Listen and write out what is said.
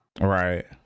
Right